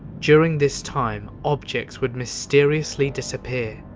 during this time, objects would mysteriously disappear,